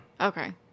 Okay